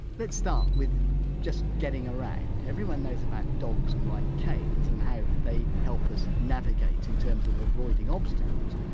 let's start with just getting around. everyone knows about dogs and white canes and how they help us navigate in terms of avoiding obstacles.